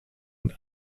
und